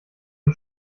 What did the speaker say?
und